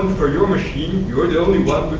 for your machine you're the only